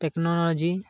technology